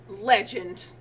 legend